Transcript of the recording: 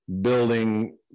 building